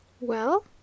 Well